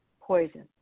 poison